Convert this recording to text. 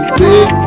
big